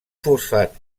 fosfat